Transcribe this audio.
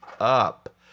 up